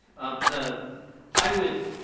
the i would